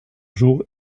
jour